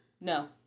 No